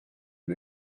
and